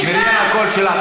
תשמרי על הקול שלך,